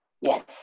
Yes